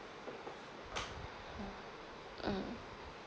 mm mm